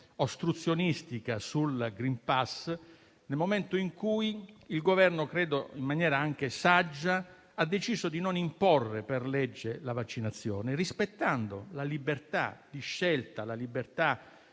ostruzionistica sul *green pass*, nel momento in cui il Governo, credo anche in maniera saggia, ha deciso di non imporre per legge la vaccinazione, rispettando la libertà di scelta del